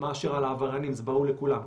מאשר על העבריינים וזה ברור לכולם.